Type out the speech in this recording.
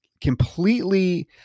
completely